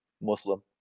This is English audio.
Muslim